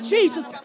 Jesus